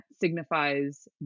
signifies